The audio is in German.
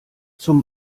zum